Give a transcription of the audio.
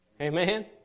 Amen